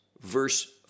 Verse